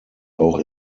auch